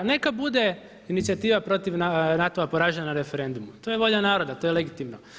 Neka bude inicijativa protiv NATO-a poražena na referendumu, to je volja naroda, to je legitimno.